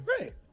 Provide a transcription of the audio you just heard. Right